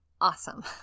awesome